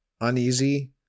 uneasy